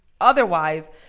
otherwise